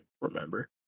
remember